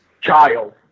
child